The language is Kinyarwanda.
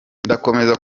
ndakomeza